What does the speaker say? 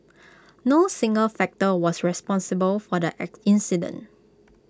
no single factor was responsible for the